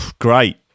great